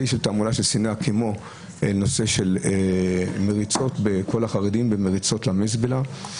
כמו נושא של "כל החרדים במריצות למזבלה".